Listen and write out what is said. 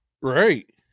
right